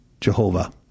Jehovah